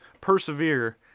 persevere